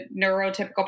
neurotypical